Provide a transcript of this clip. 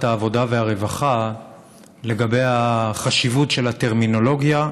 העבודה והרווחה לגבי החשיבות של הטרמינולוגיה,